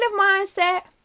mindset